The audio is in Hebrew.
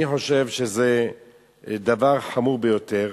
אני חושב שזה דבר חמור ביותר.